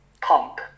pump